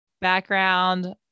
background